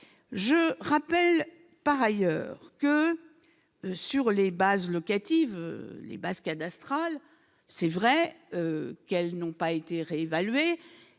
je rappelle par ailleurs que sur les bases locatives les bases cadastrales c'est vrai qu'elles n'ont pas été réévalué.